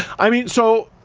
i mean, so,